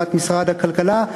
תגובת משרד הכלכלה.